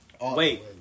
Wait